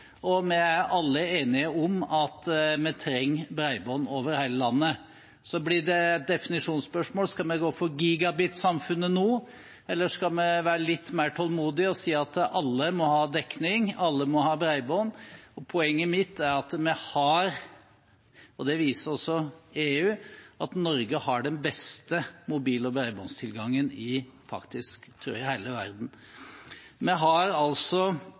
og vi er alle enige om at vi trenger bredbånd over hele landet. Så blir det et definisjonsspørsmål: Skal vi gå for gigabitsamfunnet nå, eller skal vi være litt mer tålmodige og si at alle må ha dekning, alle må ha bredbånd? Poenget mitt er at Norge – og det viser også EU – har den beste mobil- og bredbåndstilgangen i hele verden, tror jeg. Vi